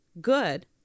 good